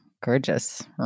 Gorgeous